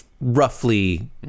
roughly